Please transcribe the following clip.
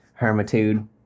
hermitude